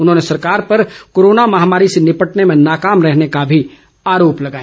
उन्होंने सरकार पर कोरोना महामारी से निपटने में नाकाम रहने का आरोप भी लगाया